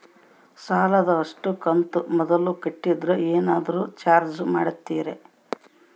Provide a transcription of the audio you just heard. ಸಾಲದ ಅಷ್ಟು ಕಂತು ಮೊದಲ ಕಟ್ಟಿದ್ರ ಏನಾದರೂ ಏನರ ಚಾರ್ಜ್ ಮಾಡುತ್ತೇರಿ?